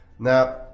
Now